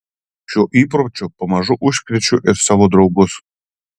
šiuo įpročiu pamažu užkrečiu ir savo draugus